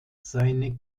seine